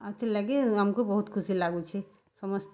ଆଉ ଏଥିର୍ ଲାଗି ଆମକୁ ବହୁତ୍ ଖୁସି ଲାଗୁଛେ ସମସ୍ତେ